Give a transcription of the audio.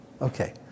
Okay